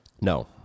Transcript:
No